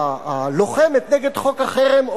הלוחמת נגד חוק החרם,